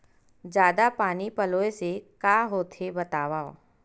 जादा पानी पलोय से का होथे बतावव?